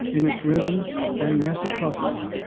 in its rhythms and reciprocity,